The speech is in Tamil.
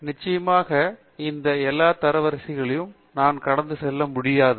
நிச்சயமாக இந்த எல்லா தரவரிசைகளையும் நான் கடந்து செல்ல முடியாது